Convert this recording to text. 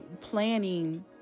planning